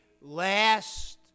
last